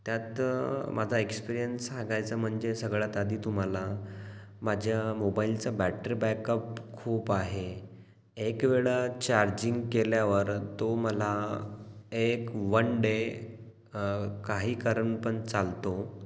त्यात माझा एक्सप्रियंस सांगायचा म्हणजे सगळ्यात आधी तुम्हाला माझ्या मोबाइलचं बॅटरी बॅकअप खूप आहे एकवेळा चार्जिंग केल्यावर तो मला एक वन डे काही कारण पण चालतो